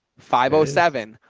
five oh seven,